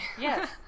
yes